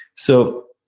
so,